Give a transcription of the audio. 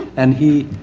and he